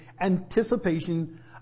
anticipation